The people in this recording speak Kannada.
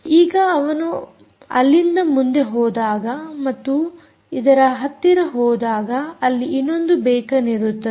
ಈಗ ಅವನು ಅಲ್ಲಿಂದ ಮುಂದೆ ಹೋದಾಗ ಮತ್ತು ಇದರ ಹತ್ತಿರ ಹೋದಾಗ ಅಲ್ಲಿ ಇನ್ನೊಂದು ಬೇಕನ್ ಇರುತ್ತದೆ